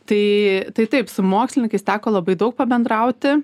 tai tai taip su mokslininkais teko labai daug pabendrauti